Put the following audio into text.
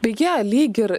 beje lyg ir